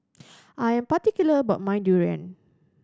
I am particular about my durian